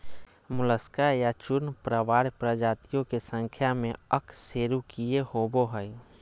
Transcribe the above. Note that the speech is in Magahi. मोलस्का या चूर्णप्रावार प्रजातियों के संख्या में अकशेरूकीय होबो हइ